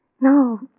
no